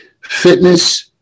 fitness